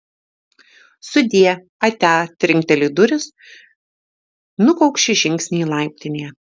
sudie atia trinkteli durys nukaukši žingsniai laiptinėje